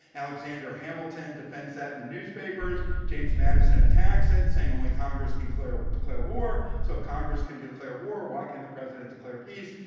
alexander hamilton defends that in the newspapers. james madison attacks it saying only congress can declare war. war. so if congress can can declare war, why can the president declare peace?